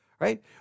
Right